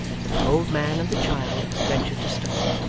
that the old man and the child ventured to stop,